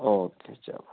او کے چلو ٹھیٖک